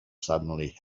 suddenly